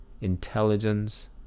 intelligence